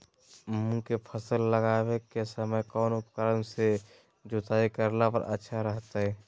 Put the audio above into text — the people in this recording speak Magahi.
मूंग के फसल लगावे के समय कौन उपकरण से जुताई करला पर अच्छा रहतय?